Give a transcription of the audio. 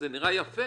זה נראה יפה,